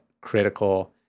critical